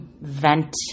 vent